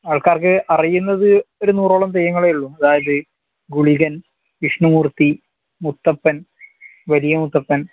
ആൾക്കാർക്ക് അറിയുന്നത് ഒരു നൂറോളം തെയ്യങ്ങളെ ഉള്ളൂ അതായത് ഗുളിഗൻ വിഷ്ണുമൂർത്തി മുത്തപ്പൻ വലിയ മുത്തപ്പൻ